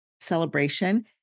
celebration